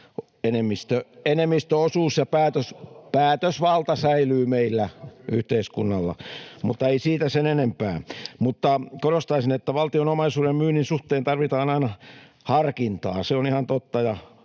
välihuuto] ja päätösvalta säilyvät meillä, yhteiskunnalla. Mutta ei siitä sen enempää. Mutta korostaisin, että valtion omaisuuden myynnin suhteen tarvitaan aina harkintaa. Se on ihan totta,